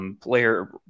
player